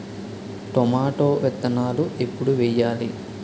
Tomato విత్తనాలు ఎప్పుడు వెయ్యాలి?